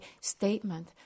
statement